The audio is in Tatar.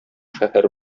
шәһәр